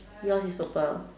yours is purple